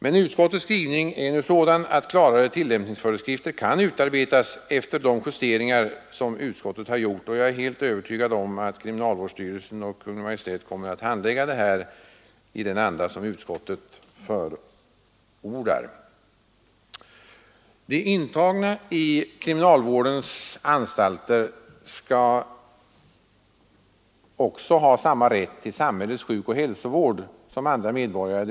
Men utskottets skrivning är nu sådan, att klarare tillämpningsföreskrifter kan utarbetas efter de justeringar som utskottet har gjort. Jag är helt övertygad om att kriminalvårdsstyrelsen och Kungl. Maj:t kommer att handlägga ärendet i den anda som utskottet har förordat. De intagna på kriminalvårdens anstalter skall ha samma rätt till samhällets sjukoch hälsovård som andra medborgare.